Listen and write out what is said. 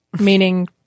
meaning